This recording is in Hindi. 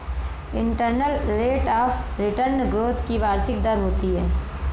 internal rate of return growth की वार्षिक दर होती है